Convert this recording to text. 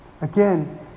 again